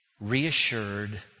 reassured